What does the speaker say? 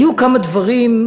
היו כמה דברים,